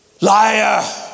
liar